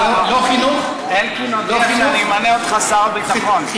אני אמנה אותך שר ביטחון.